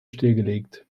stillgelegt